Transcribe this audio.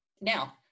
Now